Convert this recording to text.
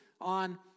on